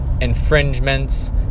infringements